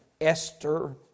Esther